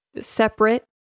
separate